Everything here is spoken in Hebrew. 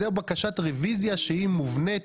זו בקשת רוויזיה שהיא מובנית,